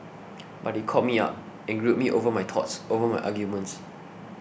but he called me up and grilled me over my thoughts over my arguments